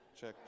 check